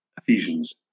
Ephesians